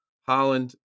Holland